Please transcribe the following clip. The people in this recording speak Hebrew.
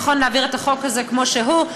ונכון להעביר את החוק הזה כמו שהוא.